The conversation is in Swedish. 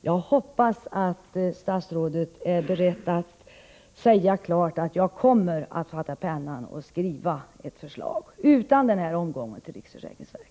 Jag hoppas att statsrådet är beredd att säga klart att han kommer att fatta pennan och skriva ett förslag, utan någon omgång till riksförsäkringsverket.